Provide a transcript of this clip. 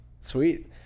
Sweet